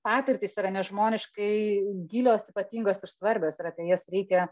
patirtys yra nežmoniškai gilios ypatingos ir svarbios ir apie jas reikia